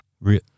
Real